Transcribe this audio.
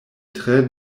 tre